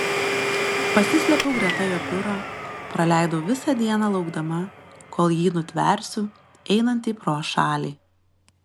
pasislėpiau greta jo biuro praleidau visą dieną laukdama kol jį nutversiu einantį pro šalį